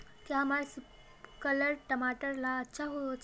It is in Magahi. क्याँ हमार सिपकलर टमाटर ला अच्छा होछै?